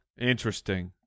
Interesting